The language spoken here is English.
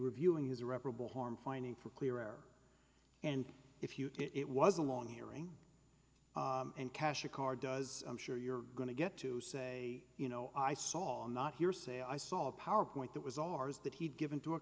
reviewing irreparable harm finding for clear air and if you it was a long hearing and cash a car does i'm sure you're going to get to say you know i saw not hearsay i saw a power point that was ours that he'd given to a